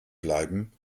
bleiben